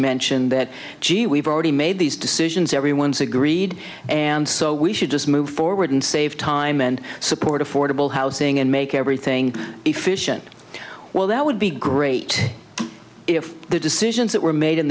mentioned that gee we've already made these decisions everyone's agreed and so we should just move forward and save time and support affordable housing and make everything efficient well that would be great if the decisions that were made in